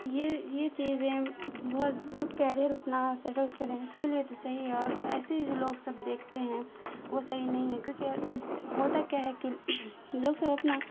یہ یہ چیزیں بہت جو کیریئر اپنا سیٹل کریں اس کے لیے تو صحیح ہے اور ایسے ہی جو لوگ سب دیکھتے ہیں وہ صحیح نہیں ہے کیونکہ ہوتا کیا ہے کہ لوگ سب اپنا